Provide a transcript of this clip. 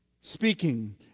speaking